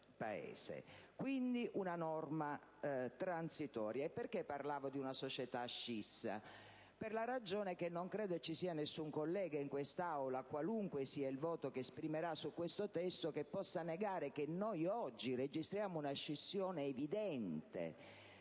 di una norma transitoria. Ma perché parlavo di una società scissa? Perché credo che nessun collega in quest'Aula, qualunque sia il voto che esprimerà su questo testo, possa negare che oggi registriamo una scissione evidente: